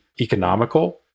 economical